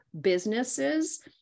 businesses